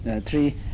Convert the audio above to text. three